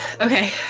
okay